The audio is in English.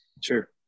Sure